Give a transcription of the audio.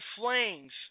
flames